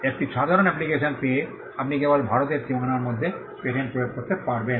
একটি সাধারণ অ্যাপ্লিকেশন পেয়ে আপনি কেবল ভারতের সীমানার মধ্যে পেটেন্ট প্রয়োগ করতে পারেন